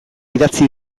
idatzi